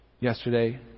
yesterday